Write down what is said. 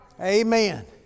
Amen